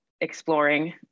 exploring